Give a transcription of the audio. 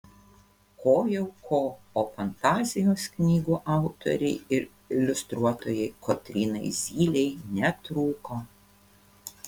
ko jau ko o fantazijos knygų autorei ir iliustruotojai kotrynai zylei netrūko